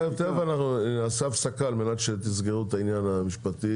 תכף נעשה הפסקה על מנת שתסגרו את העניין המשפטי.